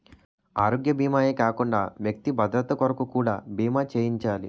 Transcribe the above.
ఆరోగ్య భీమా ఏ కాకుండా వ్యక్తి భద్రత కొరకు కూడా బీమా చేయించాలి